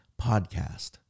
podcast